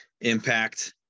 impact